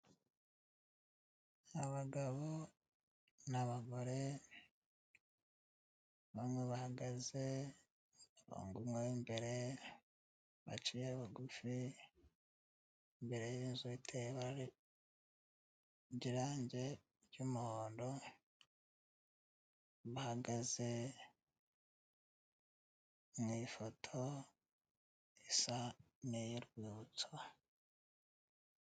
Abagabo n'abagore, bamwe bahagaze mu murongo umwe w'imbere, baciye bugufi imbere y'inzu iteye ibara, irangi ry'umuhondo, bahagaze mu ifoto isa n'iyo urwibutso.